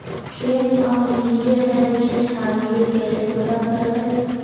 खेत अमलिए है कि क्षारिए इ कैसे पता करबै?